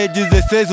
16